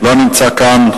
לא נמצא כאן,